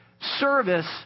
service